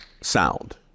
sound